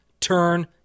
turn